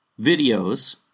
videos